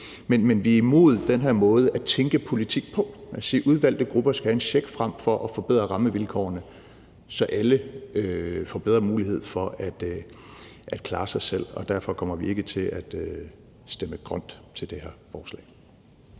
Men vi er imod den her måde at tænke politik på, altså at sige, at udvalgte grupper skal have en check, frem for at forbedre rammevilkårene, så alle får bedre mulighed for at klare sig selv. Derfor kommer vi ikke til at stemme grønt til det her forslag.